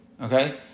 okay